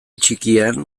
txikian